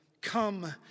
Come